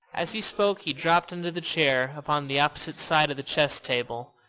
as he spoke he dropped into the chair upon the opposite side of the chess table.